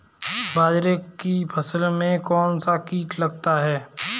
बाजरे की फसल में कौन सा कीट लगता है?